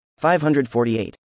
548